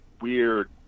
weird